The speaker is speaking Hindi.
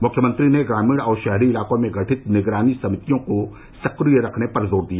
मुख्यमंत्री ने ग्रामीण और शहरी इलाकों में गठित निगरानी समितियों को सक्रिय रखने पर जोर दिया